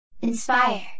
Inspire